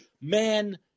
man